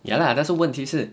ya lah 但是问题是